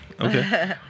Okay